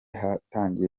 hatangiye